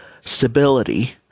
stability